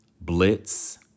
Blitz